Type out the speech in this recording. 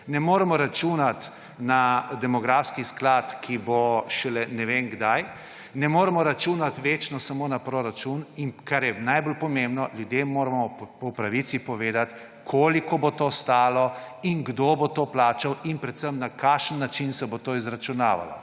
ne moremo računati na demografski sklad, ki bo šele ne vem kdaj, ne moremo računati večno samo na proračun in kar je najbolj pomembno, ljudem moramo po pravici povedati koliko bo to stalo in kdo bo to plačal in predvsem na kakšen način se bo to izračunavalo.